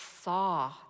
saw